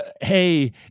hey